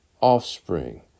offspring